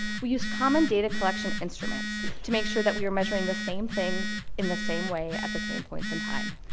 we used common data collection instruments to make sure that we were measuring the same things in the same way at the same point in time.